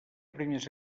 primers